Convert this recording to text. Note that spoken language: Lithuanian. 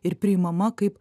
ir priimama kaip